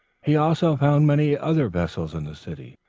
he also found many other vessels in the city,